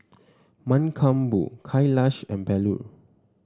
Mankombu Kailash and Bellur